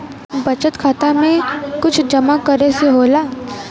बचत खाता मे कुछ जमा करे से होला?